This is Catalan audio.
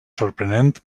sorprenent